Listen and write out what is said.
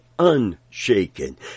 unshaken